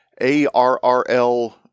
ARRL